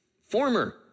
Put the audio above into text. former